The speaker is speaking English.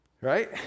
right